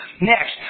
Next